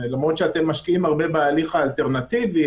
למרות שאתם משקיעים הרבה בתהליך האלטרנטיבי,